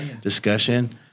discussion